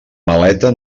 maleta